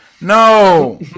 No